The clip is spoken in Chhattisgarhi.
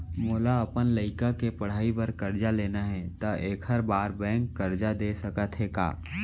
मोला अपन लइका के पढ़ई बर करजा लेना हे, त एखर बार बैंक करजा दे सकत हे का?